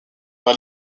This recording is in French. par